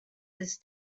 his